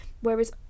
whereas